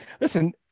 listen